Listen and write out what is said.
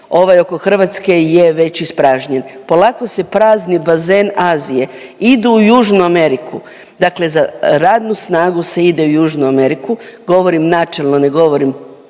ovaj oko Hrvatske je već ispražnjen. Polako se prazni bazen Azije, idu u Južnu Ameriku. Dakle za radnu snagu se ide u Južnu Ameriku, govorim načelno, ne govorim